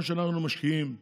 כמו שאנחנו משקיעים בתחבורה,